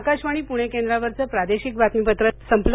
आकाशवाणी पुणे केंद्रावरचं प्रादेशिक बातमीपत्र संपलं